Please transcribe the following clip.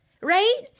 Right